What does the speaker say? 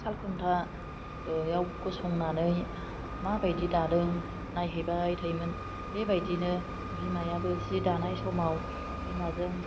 सालखुन्थायाव गसंनानै माबायदि दादों नायहैबाय थायोमोन बेबायदिनो बिमायाबो जि दानाय समाव बिमाजों